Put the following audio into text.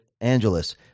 Angeles